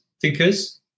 thinkers